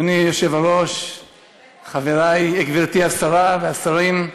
אדוני היושב-ראש, חבריי, גברתי השרה, השרים,